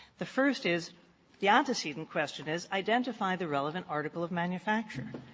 the first is the antecedent question is identify the relevant article of manufacture.